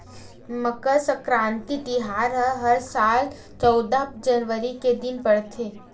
मकर सकराति तिहार ह हर साल चउदा जनवरी के दिन परथे